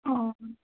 অঁ